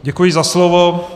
Děkuji za slovo.